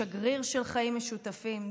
שגריר של חיים משותפים,